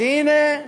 אז, הנה,